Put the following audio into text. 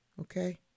Okay